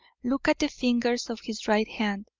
look at the fingers of his right hand.